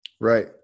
Right